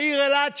העיר אילת,